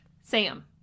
sam